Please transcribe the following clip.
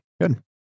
Good